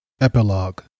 Epilogue